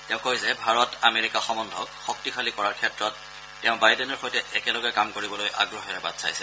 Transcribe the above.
তেওঁ কয় যে ভাৰত আমেৰিকা সম্বন্ধক শক্তিশালী কৰাৰ ক্ষেত্ৰত তেওঁ বাইডেনৰ সৈতে একেলগে কাম কৰিবলৈ আগ্ৰহেৰে বাট চাইছে